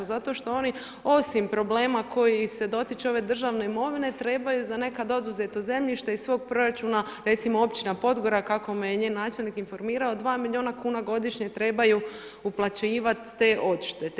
Zato što oni osim problema koji se dotiču ove državne imovine, trebaju za nekad oduzeto zemljište iz svog proračuna recimo općina Podgora, kako me je njen načelnik informirao 2 milijuna kn godišnje trebaju uplaćivati te odštete.